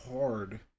hard